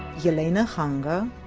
yelena khanga.